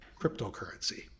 cryptocurrency